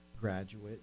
graduate